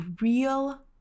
real